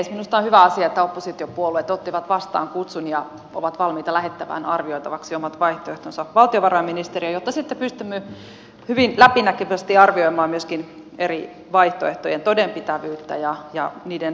minusta on hyvä asia että oppositiopuolueet ottivat vastaan kutsun ja ovat valmiita lähettämään arvioitavaksi omat vaihtoehtonsa valtiovarainministeriöön jotta sitten pystymme hyvin läpinäkyvästi arvioimaan myöskin eri vaihtoehtojen todenpitävyyttä ja niiden toteuttamismahdollisuuksia